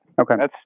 Okay